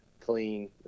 clean